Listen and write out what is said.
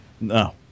No